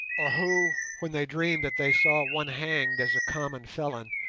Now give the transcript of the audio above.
or who, when they dream that they saw one hanged as a common felon,